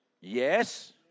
Yes